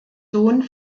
sohn